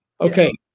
Okay